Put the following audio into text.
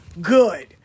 good